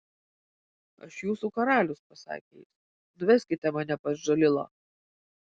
aš jūsų karalius pasakė jis nuveskite mane pas džalilą